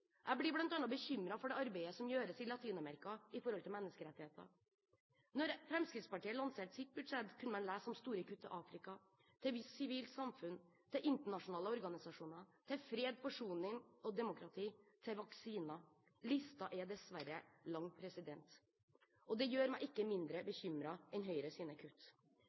jeg bekymret. Jeg blir bl.a. bekymret for det arbeidet som gjøres i Latin-Amerika når det gjelder menneskerettigheter. Da Fremskrittspartiet lanserte sitt budsjett, kunne man lese om store kutt til Afrika, til sivilt samfunn, til internasjonale organisasjoner, fred, forsoning, demokrati og vaksiner – listen er dessverre lang. Og det gjør meg ikke mindre bekymret enn Høyre sine kutt.